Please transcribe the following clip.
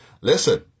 Listen